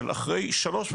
של אחרי שלוש,